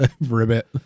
Ribbit